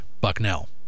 Bucknell